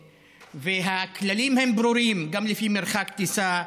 הכללים ברורים, גם לפי מרחק טיסה,